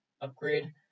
Upgrade